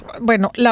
bueno